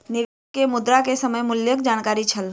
निवेशक के मुद्रा के समय मूल्यक जानकारी छल